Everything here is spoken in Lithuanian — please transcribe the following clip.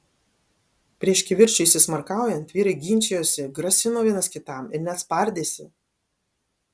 prieš kivirčui įsismarkaujant vyrai ginčijosi grasino vienas kitam ir net spardėsi